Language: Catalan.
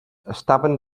estaven